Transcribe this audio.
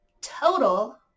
total